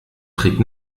trägt